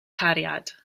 cariad